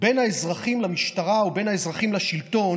בין האזרחים למשטרה ובין האזרחים לשלטון,